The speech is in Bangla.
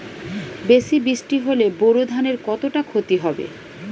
বেশি বৃষ্টি হলে বোরো ধানের কতটা খতি হবে?